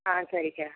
ஆ சரிக்கா